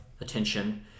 attention